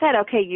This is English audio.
okay